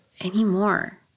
anymore